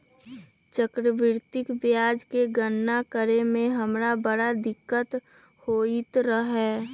चक्रवृद्धि ब्याज के गणना करे में हमरा बड़ दिक्कत होइत रहै